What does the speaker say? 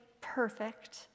perfect